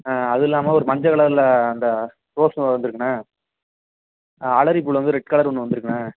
அது இல்லாமல் ஒரு மஞ்ச கலரில் அந்த ரோஸ் வந்துருக்குண்ண அலறி பூவில வந்து ரெட் கலர் ஒன்று வந்துருக்குண்ணா